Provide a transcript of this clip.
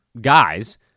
guys